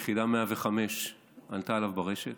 יחידה 105 עלתה עליו ברשת